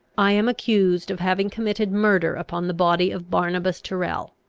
i am accused of having committed murder upon the body of barnabas tyrrel.